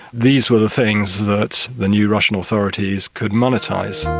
these were the things that the new russian authorities could monetise.